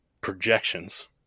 projections